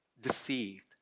deceived